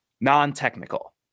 non-technical